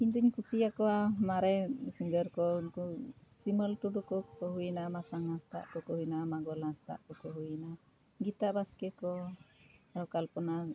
ᱤᱧ ᱫᱚᱧ ᱠᱩᱥᱤᱭᱟᱠᱚᱣᱟ ᱢᱟᱨᱮ ᱥᱤᱝᱜᱟᱹᱨ ᱠᱚ ᱩᱱᱠᱩ ᱥᱤᱢᱟᱹᱞ ᱴᱩᱰᱩ ᱠᱚ ᱠᱚ ᱦᱩᱭᱮᱱᱟ ᱢᱟᱨᱥᱟᱝ ᱦᱟᱸᱥᱫᱟᱜ ᱠᱚᱠᱚ ᱦᱩᱭᱮᱱᱟ ᱢᱟᱜᱚᱞ ᱦᱟᱸᱥᱫᱟᱜ ᱠᱚᱠᱚ ᱦᱩᱭᱮᱱᱟ ᱜᱤᱛᱟ ᱵᱟᱥᱠᱮ ᱠᱚ ᱟᱨᱚ ᱠᱚᱞᱯᱚᱱᱟ